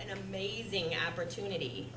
an amazing opportunity